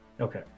okay